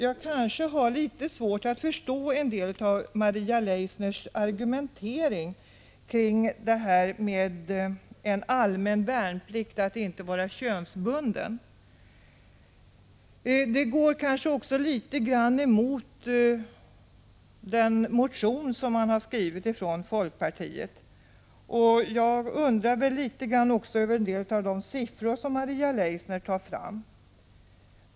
Jag har litet svårt att förstå en del av Maria Leissners argumentering kring att en allmän värnplikt inte skall vara könsbunden. Det går litet emot den motion från folkpartiet som rör denna fråga. Jag undrar också över de siffror som Maria Leissner tar fram.